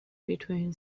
between